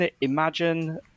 imagine